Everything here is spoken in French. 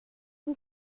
qui